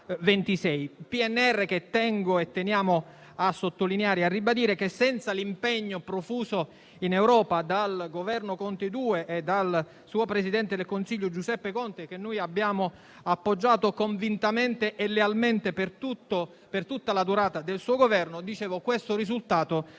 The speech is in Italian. al 2026. Tengo e teniamo a sottolineare e a ribadire che senza l'impegno profuso in Europa dal Governo Conte II e dal suo presidente del consiglio Giuseppe Conte, che noi abbiamo appoggiato convintamente e lealmente per tutta la durata del suo mandato, questo risultato non sarebbe